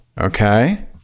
Okay